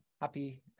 Happy